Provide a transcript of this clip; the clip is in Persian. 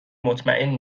مطمئن